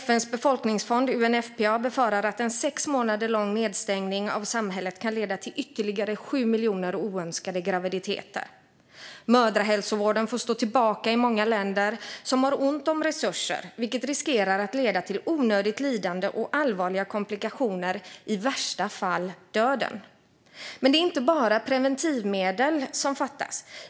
FN:s befolkningsfond UNFPA befarar att en sex månader lång nedstängning av samhället kan leda till ytterligare 7 miljoner oönskade graviditeter. Mödrahälsovården får stå tillbaka i många länder som har ont om resurser, vilket riskerar att leda till onödigt lidande och allvarliga komplikationer, i värsta fall döden. Men det är inte bara preventivmedel som fattas.